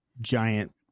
giant